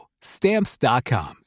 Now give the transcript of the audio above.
Stamps.com